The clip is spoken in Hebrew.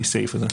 מהסעיף הזה.